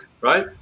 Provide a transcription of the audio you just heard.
Right